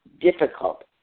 difficult